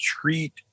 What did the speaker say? treat